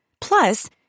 Plus